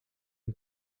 een